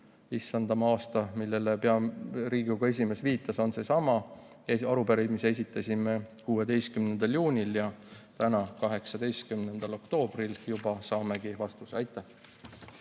issanda aasta, millele Riigikogu esimees viitas, on seesama – arupärimise esitasime 16. juunil ja täna, 18. oktoobril juba saamegi vastuse. Aitäh!